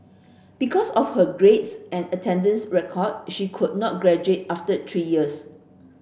because of her grades and attendance record she could not graduate after three years